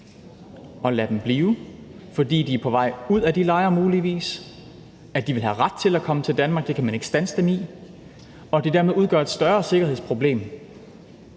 at lade dem blive – fordi de er på vej ud af de lejre, muligvis, og fordi de ville have ret til at komme til Danmark, hvad man ikke kan standse dem i, og at det altså dermed udgør et større sikkerhedsproblem,